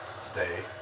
stay